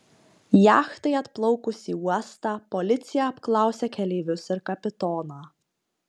jachtai atplaukus į uostą policija apklausė keleivius ir kapitoną